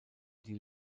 die